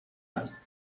است